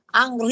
ang